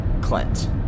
Clint